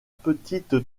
petite